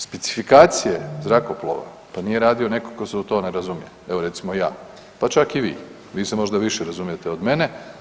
Specifikacije zrakoplova, pa nije radio netko tko se u to ne razumije, evo recimo ja, pa čak i vi, vi se možda više razumijete od mene.